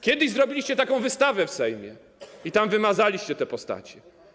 Kiedyś zrobiliście taką wystawę w Sejmie i tam wymazaliście te postacie.